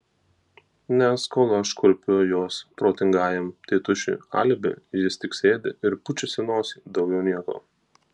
nes kol aš kurpiu jos protingajam tėtušiui alibi jis tik sėdi ir pučiasi nosį daugiau nieko